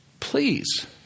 please